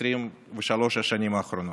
ב-23 השנים האחרונות,